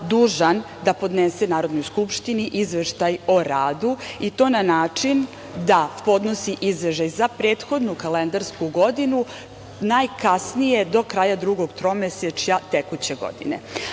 da podnese Narodnoj skupštini Izveštaj o radu i to na način da podnosi izveštaj za prethodnu kalendarsku godinu najkasnije od kraja drugog tromesečja tekuće godine. Dakle,